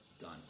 Done